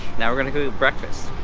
now we're gonna go to breakfast.